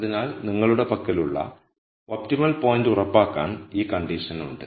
അതിനാൽ നിങ്ങളുടെ പക്കലുള്ള ഒപ്റ്റിമൽ പോയിന്റ് ഉറപ്പാക്കാൻ ഈ കണ്ടീഷനുണ്ട്